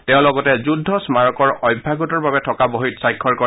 তেওঁ লগতে যুদ্ধ স্মাৰকৰ অভ্যাগতৰ বাবে থকা বহীত স্বাক্ষৰ কৰে